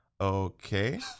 okay